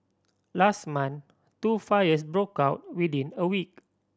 last month two fires broke out within a week